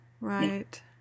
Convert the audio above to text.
Right